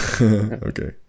Okay